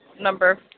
Number